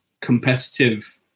competitive